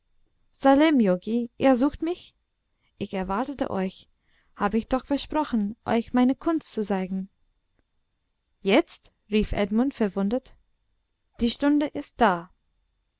yogi ihr sucht mich ich erwartete euch habe ich doch versprochen euch meine kunst zu zeigen jetzt rief edmund verwundert die stunde ist da